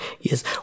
Yes